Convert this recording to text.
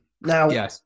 Now